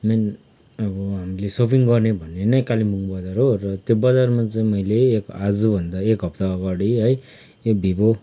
main अब हामीले shopping गर्ने भन्ने नै कालेम्पोङ बजार हो र त्यो बजारमा चाहिँ मैले आजभन्दा एक हप्ता अगाडि है यो भिबो